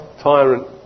Tyrant